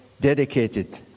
dedicated